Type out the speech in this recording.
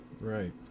Right